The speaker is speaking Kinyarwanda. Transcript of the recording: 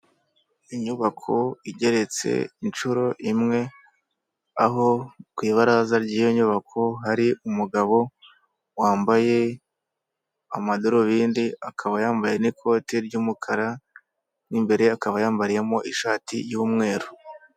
Inyubako igeretse inshuro imwe aho ku ibaraza ry'iyo nyubako hari umugabo wambaye amadarubindi, akaba yambaye n'ikote ry'umukara, mo imbere akaba yambariyemo ishati y'umweru.